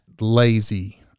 lazy